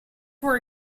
for